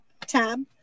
tab